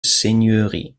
seigneurie